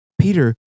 Peter